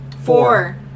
Four